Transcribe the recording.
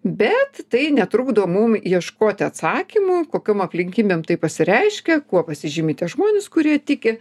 bet tai netrukdo mum ieškoti atsakymų kokiom aplinkybėm tai pasireiškia kuo pasižymi tie žmonės kurie tiki